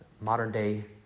modern-day